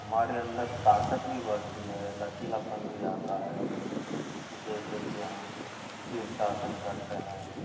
हमारे अंदर ताकत भी बढ़ती है लचीलापन भी आता है जैसे कि हम शीर्षासन करते हैं